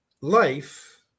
life